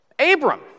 Abram